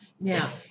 Now